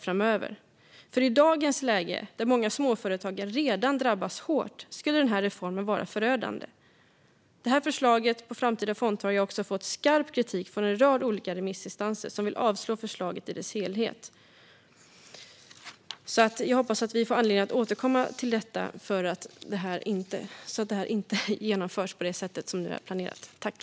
I dagens läge där många småföretagare redan drabbas hårt skulle denna reform vara förödande. Förslaget på ett framtida fondtorg har också fått skarp kritik från en rad olika remissinstanser som vill avslå förslaget i dess helhet. Jag hoppas att vi får anledning att återkomma till detta så att det inte genomförs på det sätt som planeras.